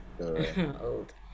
old